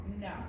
No